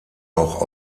auch